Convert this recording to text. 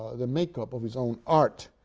the make up of his own art.